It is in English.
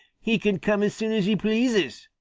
he can come as soon as he pleases,